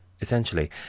Essentially